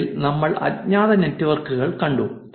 2 ൽ നമ്മൾ അജ്ഞാത നെറ്റ്വർക്കുകൾ കണ്ടു